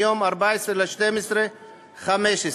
מיום 14 בדצמבר 2015,